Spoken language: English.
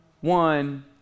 one